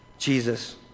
jesus